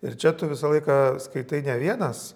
ir čia tu visą laiką skaitai ne vienas